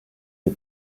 les